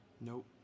Nope